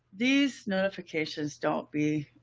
these notifications don't be,